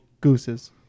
gooses